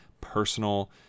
personal